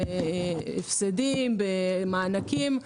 בהפסדים ובמענקים.